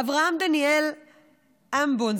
אברהם דניאל אמבון,